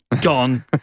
Gone